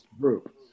group